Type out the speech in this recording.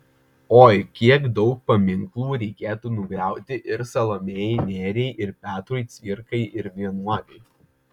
oi kiek daug paminklų reikėtų nugriauti ir salomėjai nėriai ir petrui cvirkai ir vienuoliui